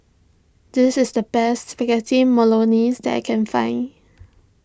this is the best Spaghetti Bolognese that I can find